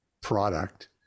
product